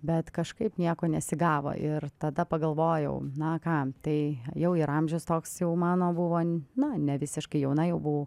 bet kažkaip nieko nesigavo ir tada pagalvojau na ką tai jau ir amžius toks jau mano buvo na ne visiškai jauna jau buvau